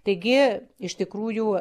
taigi iš tikrųjų